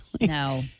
No